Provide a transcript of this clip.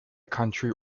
country